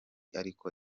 ariko